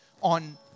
on